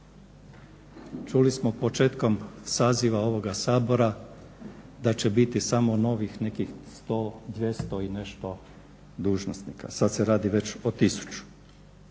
Čuli smo početkom saziva ovoga Sabora da će biti samo novih, nekih 100, 200 i nešto dužnosnika, sad se radi već o 1000.